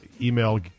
email